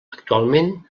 actualment